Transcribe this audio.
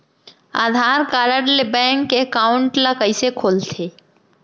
आधार card ले bank account ल कइसे खोलथे?